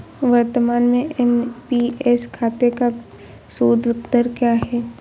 वर्तमान में एन.पी.एस खाते का सूद दर क्या है?